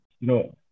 No